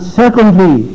secondly